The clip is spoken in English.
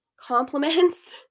Compliments